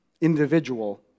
individual